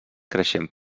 creixent